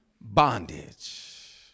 bondage